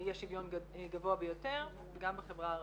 אי שוויון גבוה ביותר, וגם בחברה ערבית.